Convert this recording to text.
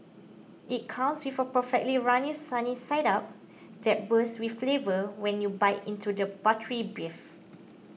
it comes with a perfectly runny sunny side up that bursts with flavour when you bite into the buttery beef